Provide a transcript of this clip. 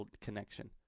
connection